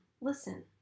listen